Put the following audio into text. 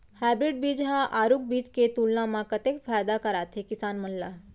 Hybrid बीज हा आरूग बीज के तुलना मा कतेक फायदा कराथे किसान मन ला?